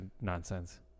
nonsense